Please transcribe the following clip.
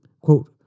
quote